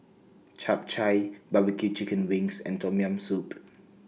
Chap Chai Barbecue Chicken Wings and Tom Yam Soup